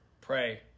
Pray